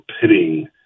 pitting